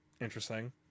interesting